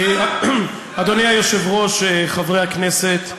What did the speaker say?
אדוני היושב-ראש, חברי הכנסת,